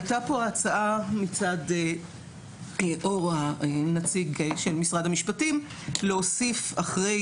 עלתה כאן הצעה מצד אור שהוא נציג משרד המשפטים להוסיף אחרי